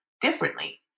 differently